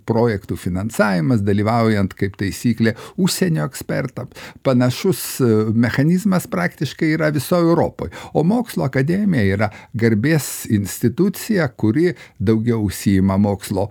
projektų finansavimas dalyvaujant kaip taisyklė užsienio ekspertams panašus mechanizmas praktiškai yra visoj europoj o mokslų akademija yra garbės institucija kuri daugiau užsiima mokslo